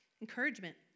encouragement